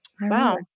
Wow